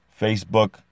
Facebook